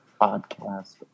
podcast